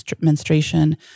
menstruation